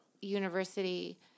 university